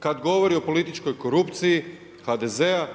Kada govori o političkoj korupciji HDZ-a